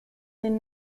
den